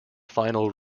final